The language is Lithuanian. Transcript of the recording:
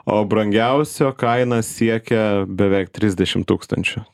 o brangiausio kaina siekia beveik trisdešim tūkstančių